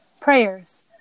prayers